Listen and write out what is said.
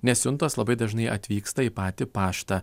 nes siuntos labai dažnai atvyksta į patį paštą